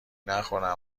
نخورم